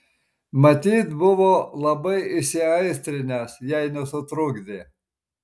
matyt buvo labai įsiaistrinęs jei nesutrukdė